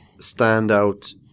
standout